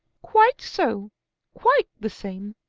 quite so quite the same.